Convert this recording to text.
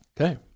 Okay